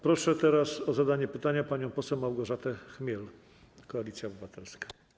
Proszę teraz o zadanie pytania panią poseł Małgorzatę Chmiel, Koalicja Obywatelska.